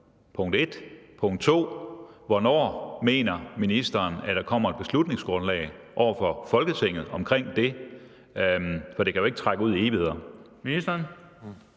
Hvornår mener ministeren at der kommer et beslutningsgrundlag over for Folketinget omkring det – for det kan jo ikke trække ud i evigheder?